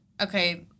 okay